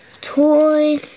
Toy